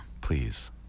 please